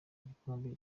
igikombe